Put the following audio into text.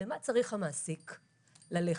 למה צריך המעסיק ללכת,